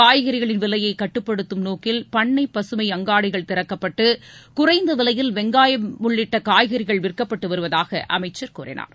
காய்கறிகளின் விலையை கட்டுப்படுத்தும் நோக்கில் பண்ணை பசுமை அங்காடிகள் திறக்கப்பட்டு குறைந்த விலையில் வெங்காயம் உள்ளிட்ட காய்கறிகள் விற்கப்பட்டு வருவதாக அமைக்கள் கூறினார்